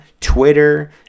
twitter